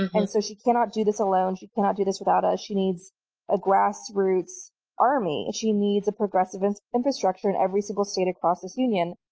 and so she cannot do this alone. she cannot do this without us. she needs a grassroots army. she needs a progressive infrastructure in every single state across this union.